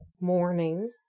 morning